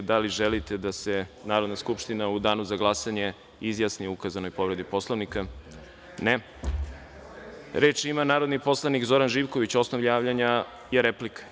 Da li želite da se Narodna skupština u danu za glasanje izjasni o ukazanoj povredi Poslovnika? (Dragan Vesović, s mesta: Ne.) Reč ima narodni poslanik Zoran Živković, replika.